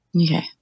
okay